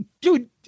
dude